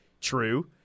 true